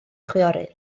chwiorydd